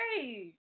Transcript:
hey